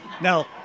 Now